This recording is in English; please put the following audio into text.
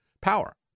power